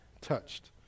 touched